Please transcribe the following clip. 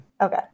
Okay